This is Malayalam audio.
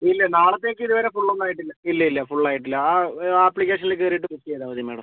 ഇല്ല നാളത്തേക്ക് ഇത് വരെ ഫുൾ ഒന്നും ആയിട്ടില്ല ഇല്ല ഇല്ല ഫുൾ ആയിട്ടില്ല ആ ആപ്പ്ളിക്കേഷനിൽ കയറിയിട്ട് ബുക്ക് ചെയ്താൽ മതി മേഡം